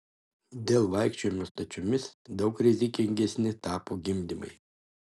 dėl vaikščiojimo stačiomis daug rizikingesni tapo gimdymai